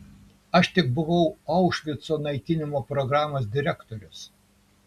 aš tik buvau aušvico naikinimo programos direktorius